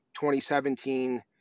2017